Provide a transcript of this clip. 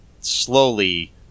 slowly